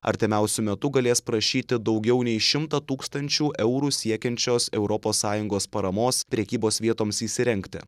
artimiausiu metu galės prašyti daugiau nei šimtą tūkstančių eurų siekiančios europos sąjungos paramos prekybos vietoms įsirengti